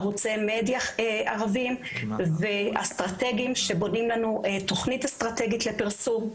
ערוצי מדיה ערביים ואסטרטגיים שבונים לנו תוכנית אסטרטגית לפרסום,